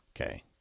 Okay